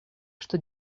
что